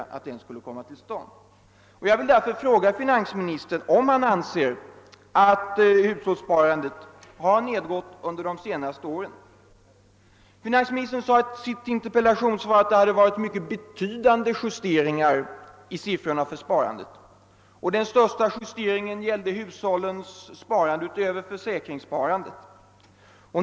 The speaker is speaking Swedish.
Jag vill därför fråga finansministern om han anser att hushållssparandet har nedgått under de senaste åren. Finansministern sade i sitt interpellationssvar att det hade förekommit mycket betydande justeringar i siffrorna för sparandet. Den största justeringen skulle gälla hushållens sparande utöver försäkringssparandet.